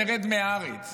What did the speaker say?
נרד מהארץ".